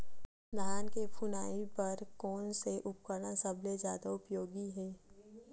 धान के फुनाई बर कोन से उपकरण सबले जादा उपयोगी हे?